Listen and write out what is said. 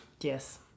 Yes